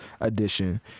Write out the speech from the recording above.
edition